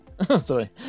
Sorry